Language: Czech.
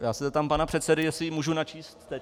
Já se zeptám pana předsedy, jestli ji můžu načíst teď.